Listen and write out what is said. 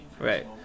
Right